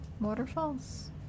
waterfalls